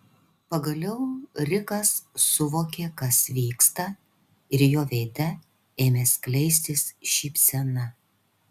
pagaliau rikas suvokė kas vyksta ir jo veide ėmė skleistis šypsena